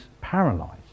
paralyzed